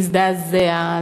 להזדעזע,